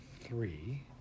three